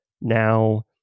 Now